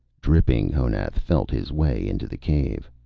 dripping, honath felt his way into the cave.